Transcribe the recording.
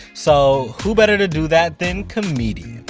so who better to do that than comedians?